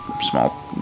small